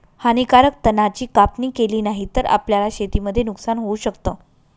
हानीकारक तणा ची कापणी केली नाही तर, आपल्याला शेतीमध्ये नुकसान होऊ शकत